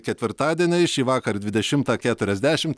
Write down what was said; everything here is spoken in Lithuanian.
ketvirtadieniais šįvakar dvidešimtą keturiasdešimt